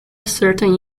certain